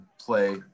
play